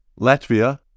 Latvia